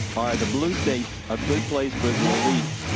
are the blue states a good place for the elite,